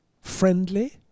...friendly